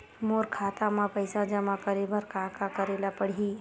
मोर खाता म पईसा जमा करे बर का का करे ल पड़हि?